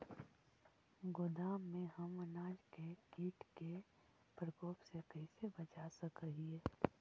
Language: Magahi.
गोदाम में हम अनाज के किट के प्रकोप से कैसे बचा सक हिय?